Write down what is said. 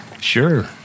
sure